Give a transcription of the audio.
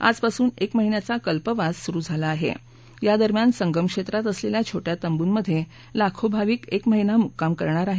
आजपासून एका महिन्याचा कल्पवास सुरु झाला आहे यादरम्यान संगम क्षेत्रात असलेल्या छोट्या तंबूंमध्ये लाखो भाविक एक महिना मुक्काम करणार आहेत